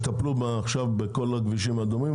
טפלו עכשיו בכל הכבישים האדומים,